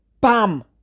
bam